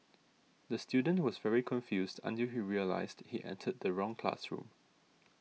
the student was very confused until he realised he entered the wrong classroom